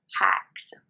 hacks